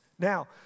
Now